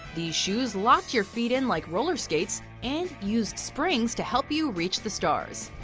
these shoes lock your feet in like roller skates, and use springs to help you reach the stars.